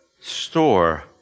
store